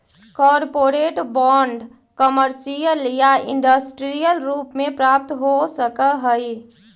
corporate bond commercial या industrial रूप में प्राप्त हो सकऽ हई